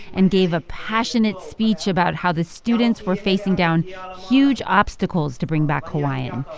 and gave a passionate speech about how the students were facing down huge obstacles to bring back hawaiian.